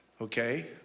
okay